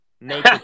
make